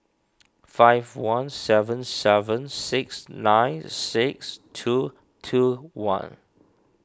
five one seven seven six nine six two two one